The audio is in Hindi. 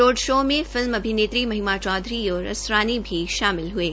रोड शो में फिल्म अभिनेत्री चौधरी और असरानी भी शामिल हये